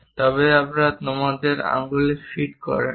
তবে এটি আমাদের আঙুলেও ফিট করে না